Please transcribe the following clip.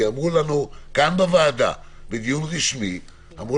כי אמרו לנו גם בוועדה בדיון רשמי אמרו